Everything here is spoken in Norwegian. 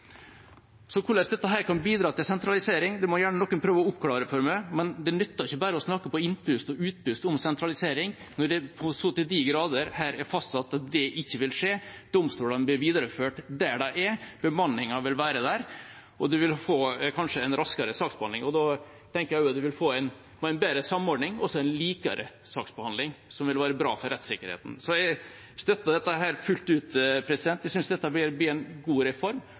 Så hvordan dette kan bidra til sentralisering, må gjerne noen prøve å oppklare for meg. Det nytter ikke bare å snakke på innpust og utpust om sentralisering når det så til de grader her er fastsatt at det ikke vil skje. Domstolene blir videreført der de er, bemanningen vil være der, og man vil kanskje få en raskere saksbehandling. Da tenker jeg også at man vil få en bedre samordning og også en likere saksbehandling, noe som vil være bra for rettssikkerheten. Så jeg støtter dette fullt ut. Jeg synes dette blir en god reform,